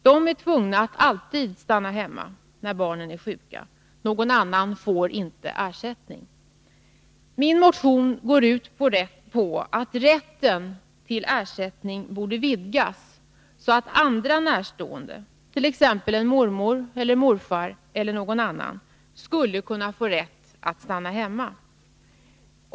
De är tvungna att alltid stanna hemma när barnen är sjuka. Någon annan får inte ersättning. Min motion går ut på att rätten till ersättning borde vidgas, så att andra närstående, en mormor eller morfar eller någon annan, skulle kunna få rätt att stanna hemma.